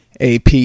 AP